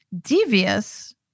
devious